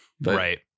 Right